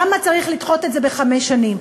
למה צריך לדחות את זה בחמש שנים?